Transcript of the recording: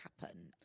happen